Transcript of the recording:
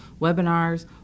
webinars